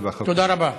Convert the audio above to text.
תודה רבה.